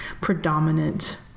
predominant